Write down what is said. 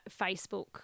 Facebook